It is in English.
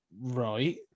right